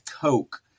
Coke